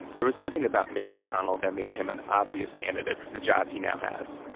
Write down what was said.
there was nothing about mitch mcconnell that made him an obvious candidate for the job he now has.